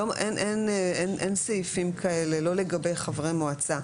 אין סעיפים כאלה לגבי חברי מועצה.